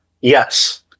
Yes